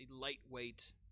lightweight